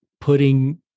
putting